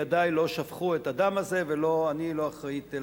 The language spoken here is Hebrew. ידי לא שפכו את הדם הזה ואני לא אחראית.